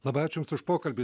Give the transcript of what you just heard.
labai ačiū jums už pokalbį